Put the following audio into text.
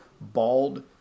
bald